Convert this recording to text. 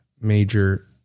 major